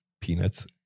Peanuts